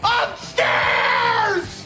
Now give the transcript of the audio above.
upstairs